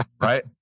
right